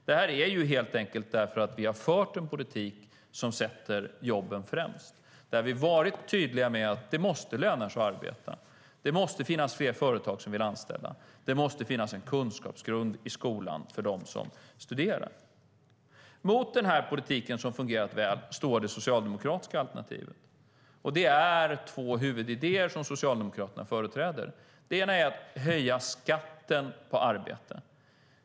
Det är helt enkelt därför att vi har fört en politik som sätter jobben främst, där vi har varit tydliga med att det måste löna sig att arbeta, att det måste finnas fler företag som vill anställa, att det måste finnas en kunskapsgrund i skolan för dem som studerar. Mot den politiken, som har fungerat väl, står det socialdemokratiska alternativet. Det är två huvudidéer som Socialdemokraterna företräder. Det ena är att höja skatten på arbete.